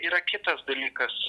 yra kitas dalykas